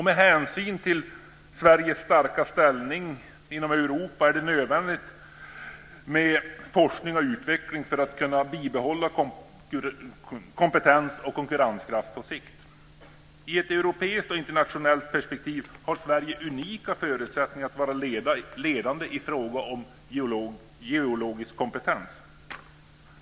Med hänsyn till Sveriges starka ställning inom Europa är det nödvändigt med forskning och utveckling för att kunna bibehålla kompetens och konkurrenskraft på sikt. I ett europeiskt och internationellt perspektiv har Sverige unika förutsättningar att vara ledande i fråga om geologisk kompetens.